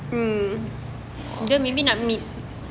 dia maybe nak meet